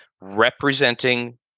representing